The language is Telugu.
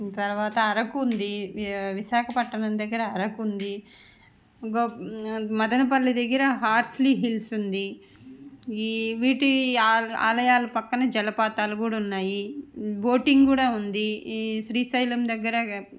తర్వాత అరకు ఉంది విశాఖపట్నం దగ్గర అరకు ఉంది వ మదనపల్లి దగ్గర హార్స్లీ హిల్స్ ఉంది ఈ వీటి ఆల ఆలయాల పక్కన జలపాతాలు కూడా ఉన్నాయి బోటింగ్ కూడా ఉంది ఈ శ్రీశైలం దగ్గర